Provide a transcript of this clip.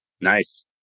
Nice